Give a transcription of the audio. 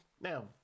Now